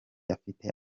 afite